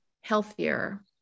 healthier